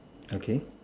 okay